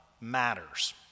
matters